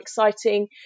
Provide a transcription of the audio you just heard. exciting